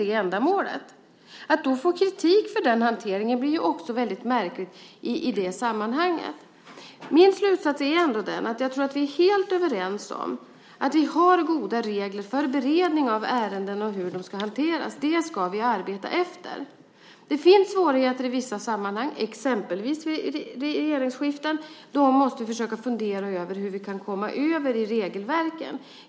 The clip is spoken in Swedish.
Det blir då märkligt att få kritik för den hanteringen i det sammanhanget. Min slutsats är att jag tror att vi är helt överens om att vi har goda regler för hur beredningen av ärenden ska hanteras. Dem ska vi arbeta efter. Det finns i vissa sammanhang svårigheter, exempelvis regeringsskiften, då vi måste fundera över regelverken.